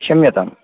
क्षम्यतां